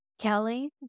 Kelly